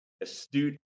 astute